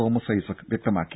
Thomas Isaac വ്യക്തമാക്കി